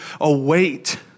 await